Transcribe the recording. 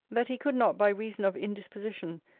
that he could not, by reason of indisposition,